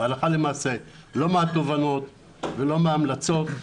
לא מהתובנות ולא מההמלצות.